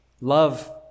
love